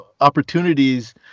opportunities